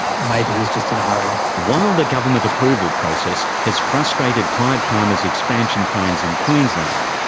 maybe he's just in a hurry. while the government approval process has frustrated clive palmer's expansion plans in queensland,